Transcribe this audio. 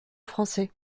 français